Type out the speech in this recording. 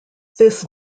this